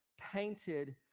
painted